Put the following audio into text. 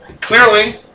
Clearly